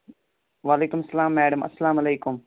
وعلیکمُ اسلام میڈم اسلامُ علیکُم